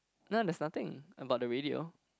no there's nothing about the radio